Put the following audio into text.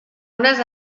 unes